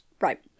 Right